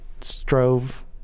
strove